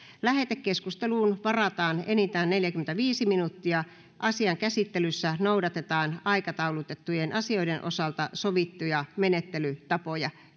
lähetekeskusteluun varataan enintään neljäkymmentäviisi minuuttia asian käsittelyssä noudatetaan aikataulutettujen asioiden osalta sovittuja menettelytapoja